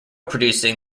producing